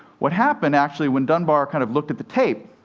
what happened, actually, when dunbar kind of looked at the tape,